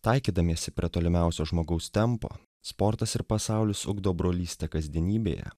taikydamiesi prie tolimiausio žmogaus tempo sportas ir pasaulis ugdo brolystę kasdienybėje